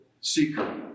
seeker